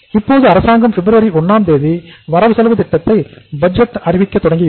இப்போது அரசாங்கம் பிப்ரவரி 1ம் தேதி வரவு செலவு திட்டத்தை அறிவிக்க தொடங்கியுள்ளது